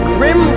Grim